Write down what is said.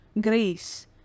grace